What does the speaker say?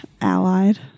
Allied